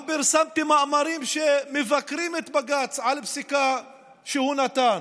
גם פרסמתי מאמרים שמבקרים את בג"ץ על פסיקה שהוא נתן.